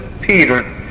Peter